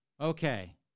Okay